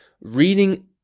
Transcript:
reading